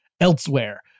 elsewhere